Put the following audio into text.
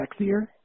sexier